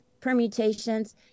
permutations